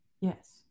Yes